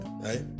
right